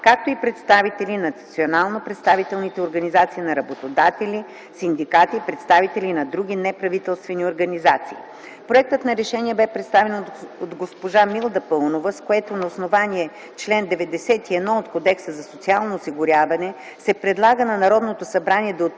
както и представители на национално представителните организации на работодателите, синдикатите и представители на други неправителствени организации. Проектът на решение бе представен от госпожа Милда Паунова, с което на основание чл. 91 от Кодекса за социално осигуряване се предлага на Народното събрание да отпусне